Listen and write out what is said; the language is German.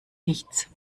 nichts